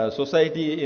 society